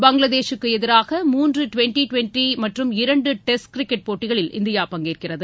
பங்களாதேசுக்கு எதிராக மூன்று twenty twenty மற்றும் இரண்டு டெஸ்ட் கிரிக்கெட் போட்டிகளில் இந்தியா பங்கேற்கிறது